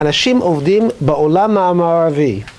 אנשים עובדים בעולם המערבי